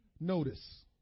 Notice